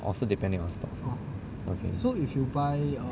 oh so depending on stocks okay